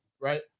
Right